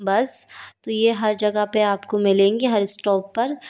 बस तो ये हर जगह पे आपको मिलेंगी हर इस्टोप पर